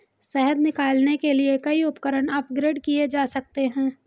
शहद निकालने के लिए कई उपकरण अपग्रेड किए जा सकते हैं